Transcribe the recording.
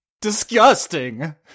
Disgusting